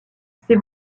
c’est